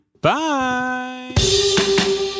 Bye